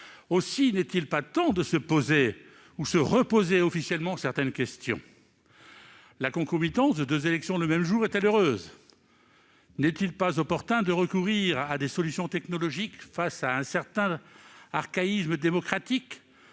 Aussi n'est-il pas temps de se poser officiellement certaines questions ? La concomitance de deux élections le même jour est-elle heureuse ? Ne serait-il pas opportun de recourir à des solutions technologiques face à un certain archaïsme démocratique,